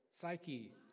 psyche